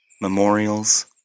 memorials